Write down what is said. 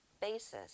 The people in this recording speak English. basis